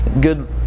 good